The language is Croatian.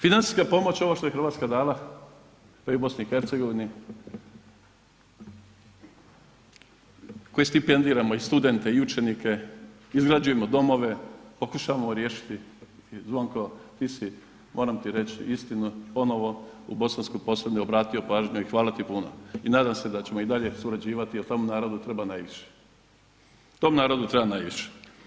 Financijska pomoć, ovo što je Hrvatska dala BiH koji stipendiramo i studente i učenike, izgrađujemo domove, pokušavamo riješiti, Zvonko, ti si, moram ti reći istinu, ponovno u Bosanskoj Posavini obratio pažnju i hvala ti puno i nadam se da ćemo i dalje surađivati jer tamo naravno treba najviše, tom narodu treba najviše.